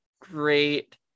great